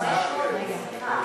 סליחה,